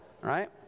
right